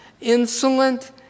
insolent